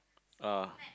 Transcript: uh